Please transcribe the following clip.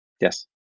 Yes